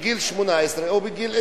בגיל 18 או בגיל 20,